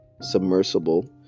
submersible